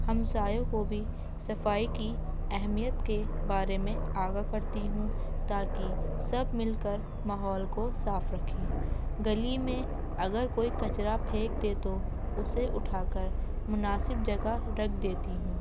ہمسائیوں کو بھی صفائی کی اہمیت کے بارے میں آگاہ کرتی ہوں تاکہ سب مل کر ماحول کو صاف رکھیں گلی میں اگر کوئی کچرا پھینک دے تو اسے اٹھا کر مناسب جگہ رکھ دیتی ہوں